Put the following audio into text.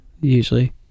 usually